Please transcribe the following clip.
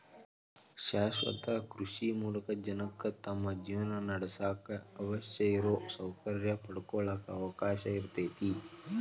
ಶಾಶ್ವತ ಕೃಷಿ ಮೂಲಕ ಜನಕ್ಕ ತಮ್ಮ ಜೇವನಾನಡ್ಸಾಕ ಅವಶ್ಯಿರೋ ಸೌಕರ್ಯ ಪಡ್ಕೊಳಾಕ ಅವಕಾಶ ಇರ್ತೇತಿ